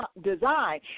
design